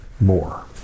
more